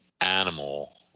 animal